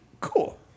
Cool